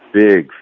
big